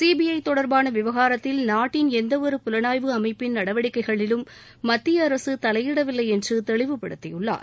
CBI தொடர்பான விவகாரத்தில் நாட்டின் எந்த ஒரு புலனாய்வு அமைப்பின் நடவடிக்கைகளிலும் மத்திய அரசு தலையிடவில்லை என்று தெளிவுப்படுத்தியுள்ளார்